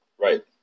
Right